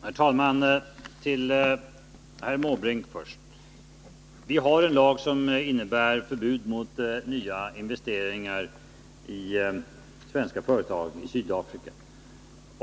Herr talman! Först till herr Måbrink. Vi har en lag som innebär förbud mot nya investeringar i svenska företag i Sydafrika.